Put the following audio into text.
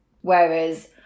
Whereas